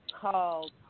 called